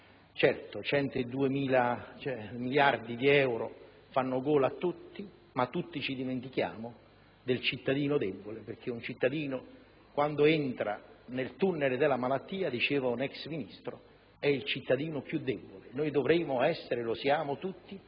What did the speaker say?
Certo, 102 miliardi di euro fanno gola a tutti. Tutti però ci dimentichiamo del cittadino debole: un cittadino, quando entra nel tunnel della malattia, come diceva un ex Ministro, diviene il più debole. Dovremo essere - noi lo siamo tutti